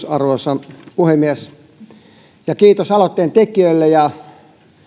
arvoisa puhemies kiitos aloitteen tekijälle ja